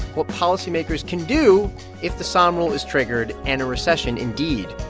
what policymakers can do if the sahm rule is triggered and a recession, indeed,